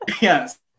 Yes